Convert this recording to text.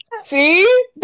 See